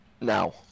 Now